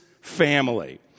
family